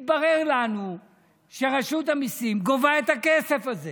התברר לנו שרשות המיסים גובה את הכסף הזה